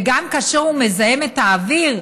וגם כאשר הוא מזהם את האוויר,